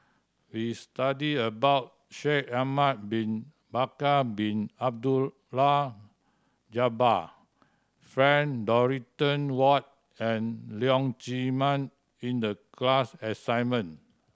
we studied about Shaikh Ahmad Bin Bakar Bin Abdullah Jabbar Frank Dorrington Ward and Leong Chee Mun in the class assignment